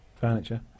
furniture